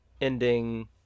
ending